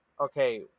okay